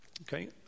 okay